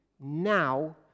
now